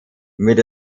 mit